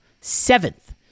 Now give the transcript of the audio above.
seventh